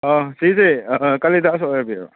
ꯁꯤꯁꯦ ꯀꯂꯤꯗꯥꯁ ꯑꯣꯏꯕꯤꯔꯕ